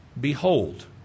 Behold